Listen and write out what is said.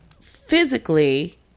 physically